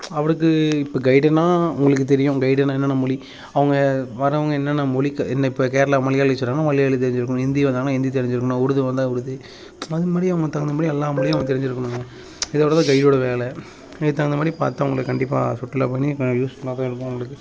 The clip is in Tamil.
அவருக்கு இப்போ கைடுன்னால் உங்களுக்கு தெரியும் கைடுன்னால் என்னென்ன மொழி அவங்க வரவங்க என்னென்ன மொழி க இன்ன இப்போ கேரளா மலையாளி சொல்கிறாங்கன்னா மலையாளி தெரிஞ்சிருக்கணும் ஹிந்தி வந்தாங்கன்னா ஹிந்தி தெரிஞ்சிருக்கணும் உருது வந்தால் உருது அதுமாதிரி அவங்களுக்கு தகுந்தாமாதிரி எல்லா மொழியும் அவங்க தெரிஞ்சிருக்கணுங்க இதோடு தான் கைடோடய வேலை இதுக்கு தகுந்தமாதிரி பார்த்து அவங்களுக்கு கண்டிப்பாக சுற்றுலா பயணிகள் யூஸ்ஃபுல்லாக இருக்கும் அவங்களுக்கு